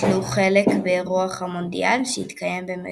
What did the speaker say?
נטלו חלק באירוח המונדיאל שהתקיים במדינותיהם.